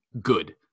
good